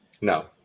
No